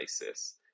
basis